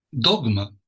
dogma